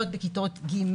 להיות בכיתות ג',